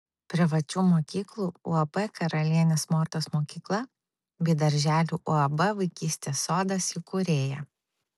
privačių mokyklų uab karalienės mortos mokykla bei darželių uab vaikystės sodas įkūrėja